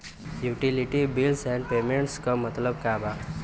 Utility bills and payments क मतलब का बा?